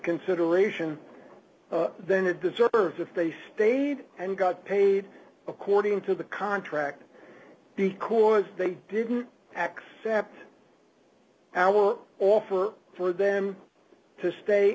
consideration than it deserves if they stayed and got paid according to the contract because they didn't accept our offer for them to stay